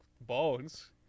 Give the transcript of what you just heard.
bones